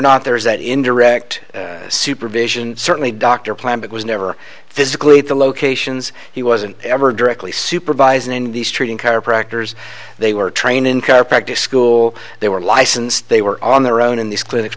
not there is that in direct supervision certainly dr planned it was never physically the locations he wasn't ever directly supervised in these treating chiropractors they were trained in chiropractor school they were licensed they were on their own in these clinics